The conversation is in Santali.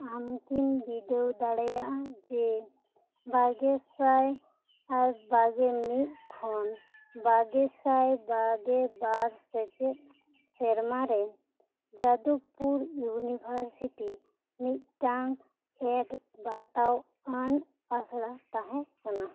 ᱟᱢ ᱠᱤᱢ ᱵᱤᱰᱟ ᱣ ᱫᱟᱲᱮᱭᱟᱜᱼᱟ ᱡᱮ ᱵᱟᱜᱮᱥᱟᱭ ᱟᱨ ᱵᱟᱜᱮᱢᱤᱫ ᱠᱷᱚᱱ ᱵᱟᱜᱮᱥᱟᱭ ᱵᱟᱜᱮᱵᱟᱨ ᱥᱮᱪᱮᱫ ᱥᱮᱨᱢᱟ ᱨᱮ ᱡᱟᱫᱚᱵᱯᱩᱨ ᱭᱩᱱᱤᱵᱷᱟᱨᱥᱤᱴᱤ ᱢᱤᱫᱴᱟᱝ ᱮᱰᱠ ᱵᱟᱛᱟᱣ ᱢᱟᱱ ᱟᱥᱲᱟ ᱛᱟᱦᱮᱸ ᱠᱟᱱᱟ